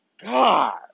God